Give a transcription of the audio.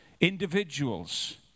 individuals